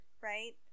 Right